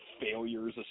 failures